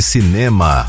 Cinema